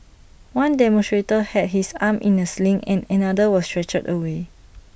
one demonstrator had his arm in A sling and another was stretchered away